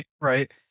Right